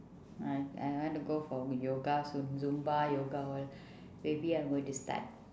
I I want to go for yoga soon zumba yoga all maybe I will just start